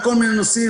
לכל מיני נושאים.